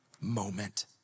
moment